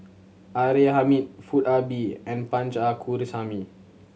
R A Hamid Foo Ah Bee and Punch Coomaraswamy